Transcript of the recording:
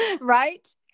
right